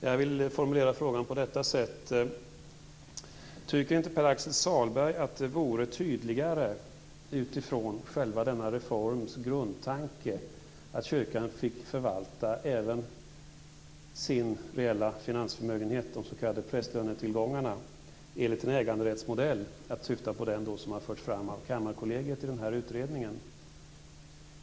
Jag vill formulera frågan på detta sätt: Tycker inte Pär-Axel Sahlberg att det vore tydligare utifrån själva denna reforms grundtanke att kyrkan fick förvalta även sin reella finansförmögenhet, de s.k. prästlönetillgångarna enligt en äganderättsmodell? Jag syftar på den som förts fram av Kammarkollegiet i utredningen.